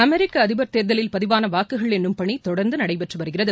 அமெரிக்க அதிபர் தேர்தலில் பதிவாள வாக்குகள் எண்ணும் பணி தொடர்ந்து நடைபெற்று வருகிறது